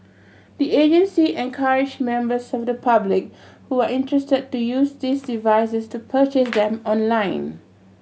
the agency encouraged members of the public who are interested to use these devices to purchase them online